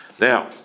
Now